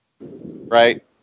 right